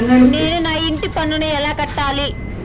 నేను నా ఇంటి పన్నును ఎలా కట్టాలి?